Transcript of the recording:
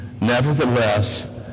nevertheless